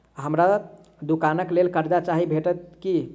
हमरा दुकानक लेल कर्जा चाहि भेटइत की?